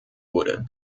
wurde